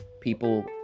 people